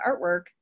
artwork